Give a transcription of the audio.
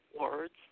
words